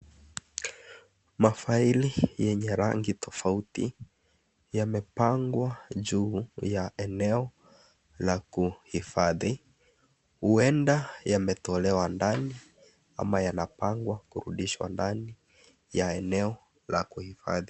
Mafaili yenye rangi tofauti, yamepangwa juu ya eneo la kuhifadhi, huenda yametolewa ndani ama yanapangwa kurudishwa ndani ya eneo la kuhifadhi.